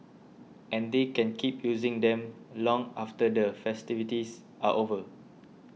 and they can keep using them long after the festivities are over